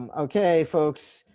um okay, folks.